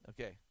Okay